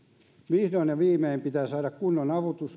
vihdoin ja viimein pitää saada kunnon